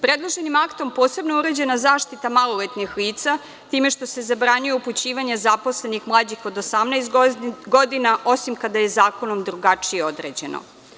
Predloženim aktom posebno je uređena zaštita maloletnih lica, time što se zabranjuje upućivanje zaposlenih mlađih od 18 godina, osim kada je zakonom drugačije određeno.